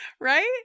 Right